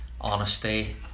Honesty